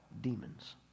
demons